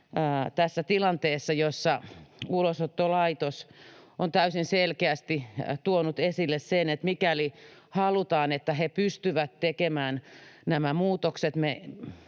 tässä tilanteessa, jossa Ulosottolaitos on täysin selkeästi tuonut esille sen, että mikäli halutaan, että he pystyvät tekemään nämä muutokset